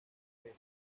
feria